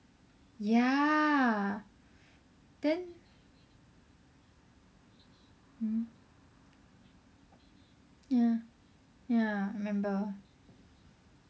ya then mmhmm ya ya I remember